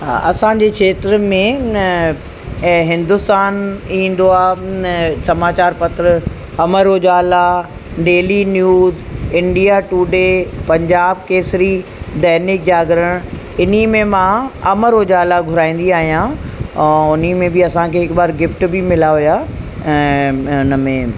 हा असांजे क्षेत्र में इन ऐं हिंदुस्तान ईंदो आहे न समाचार पत्र Amar Ujala daily news India Today Punjab Kesari Dainik Jagran इन में मां अमर उजाला घुराईंदी आहियां ऐं उन में बि असांखे हिक बार गिफ़्ट बि मिला हुया हिन में